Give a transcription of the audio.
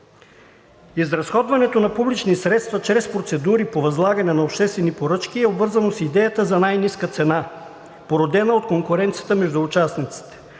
Изразходването на публични средства чрез процедури по възлагане на обществени поръчки е обвързано с идеята за най-ниска цена, породена от конкуренцията между участниците,